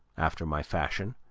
after my fashion,